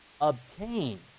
obtain